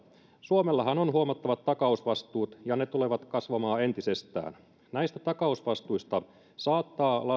suomellahan on huomattavat takausvastuut ja ne tulevat kasvamaan entisestään näistä takausvastuista saattaa